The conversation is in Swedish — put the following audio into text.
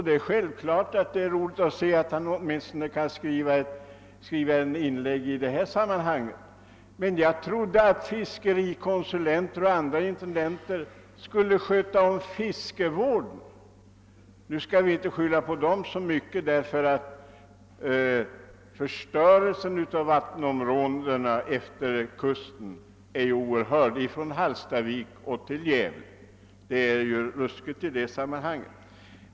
Det är självklart att det är roligt att konstatera att han åtminstone kan skriva en inlaga i det här sammanhanget, men jag trodde att fiskerikonsulenter skulle sköta om fiskevården. Nu skall vi inte skylla så mycket på dem, men förstörelsen i vattenområdena efter kusten är oerhörd från Hallstavik till Gävle, och det är ruskigt i sammanhanget.